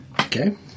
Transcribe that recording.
Okay